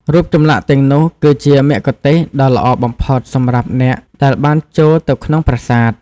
រូបចម្លាក់ទាំងនោះគឺជាមគ្គុទ្ទេសក៍ដ៏ល្អបំផុតសម្រាប់អ្នកដែលបានចូលទៅក្នុងប្រាសាទ។